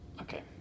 Okay